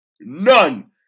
none